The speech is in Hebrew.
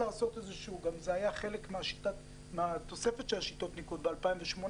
זה גם היה חלק מהתוספת של שיטת הניקוד ב-2018,